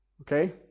Okay